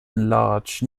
large